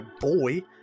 boy